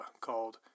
called